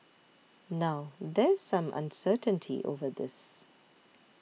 now there's some uncertainty over this